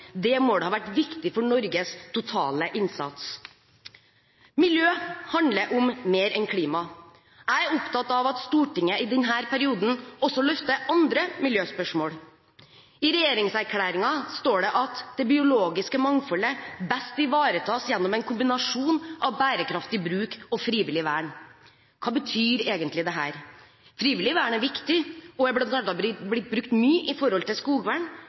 Det målet har vært viktig for Norges totale innsats. Miljø handler om mer enn klima. Jeg er opptatt av at Stortinget i denne perioden også løfter andre miljøspørsmål. I regjeringserklæringen står det at det biologiske mangfoldet «best ivaretas gjennom en kombinasjon av bærekraftig bruk og frivillig vern». Hva betyr egentlig dette? Frivillig vern er viktig og er bl.a. blitt brukt mye i forbindelse med skogvern.